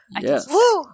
Yes